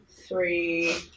Three